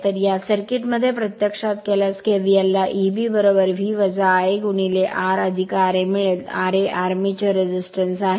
तर या सर्किट मध्ये प्रत्यक्षात केल्यास kvl ला A B V Ia R ra मिळेल ra आर्मेचर रेझिस्टन्स आहे